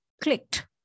clicked